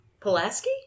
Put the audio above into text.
Pulaski